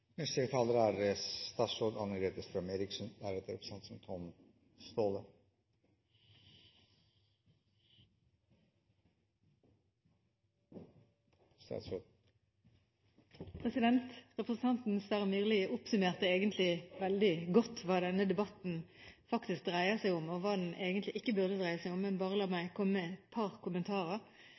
Representanten Sverre Myrli oppsummerte egentlig veldig godt hva denne debatten faktisk dreier seg om, og hva den ikke burde dreie seg om. Men la meg komme med et par kommentarer: